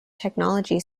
technology